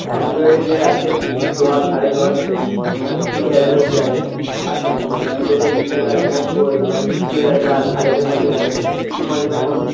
অ্যান্ড্রয়েডে আছে দশ সাড়ে দশ কুড়ি হাজারের উপরে আছে আর তুমি কি প্যাডের নিতে গেলে ওই দেড় হাজার হাজারের মধ্যে হয়ে যাবে কি ফোন নেবেন বলুন